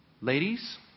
Ladies